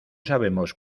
sabemos